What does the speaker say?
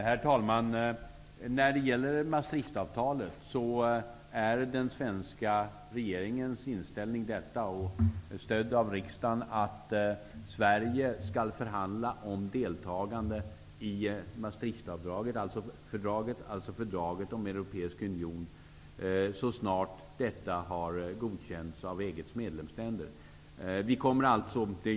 Herr talman! När det gäller Maastrichtavtalet är den svenska regeringens inställning, stödd av riksdagen, att Sverige skall förhandla om deltagande i Maastrichtfördraget, dvs. fördraget om europeisk union, så snart detta har godkänts av EG:s medlemsländer.